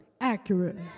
accurate